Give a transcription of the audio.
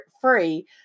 free